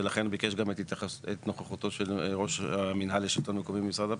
ולכן ביקש גם את נוכחותו של ראש המינהל לשלטון המקומי במשרד הפנים,